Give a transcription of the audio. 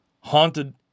Haunted